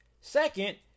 Second